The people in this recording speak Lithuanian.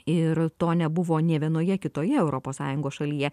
ir to nebuvo nė vienoje kitoje europos sąjungos šalyje